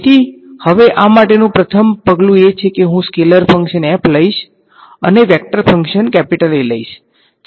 તેથી હવે આ માટેનું પ્રથમ પગલું એ છે કે હું એક સ્કેલર ફંક્શન f લઈશ અને વેક્ટર ફંક્શન A લઈશ